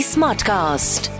Smartcast